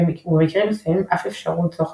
ובמקרים מסוימים אף אפשרות זו חסומה.